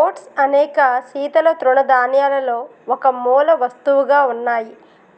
oats అనేక శీతల తృణధాన్యాలలో ఒక మూలవస్తువుగా ఉన్నాయి